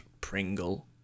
pringle